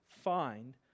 find